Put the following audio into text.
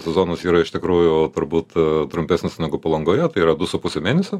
sezonas yra iš tikrųjų turbūt trumpesnis negu palangoje tai yra du su puse mėnesio